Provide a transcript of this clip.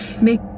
Make